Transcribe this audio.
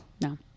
No